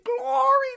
glory